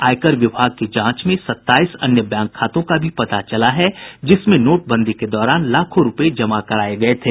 आयकर विभाग की जांच में सत्ताईस अन्य बैंक खातों का भी पता चला है जिसमें नोटबंदी के दौरान लाखों रूपये जमा कराये गये थे